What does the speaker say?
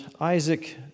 Isaac